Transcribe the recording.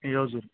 ए हजुर